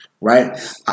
right